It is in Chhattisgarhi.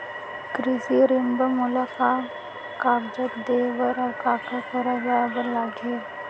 कृषि ऋण बर मोला का का कागजात देहे बर, अऊ काखर करा जाए बर लागही?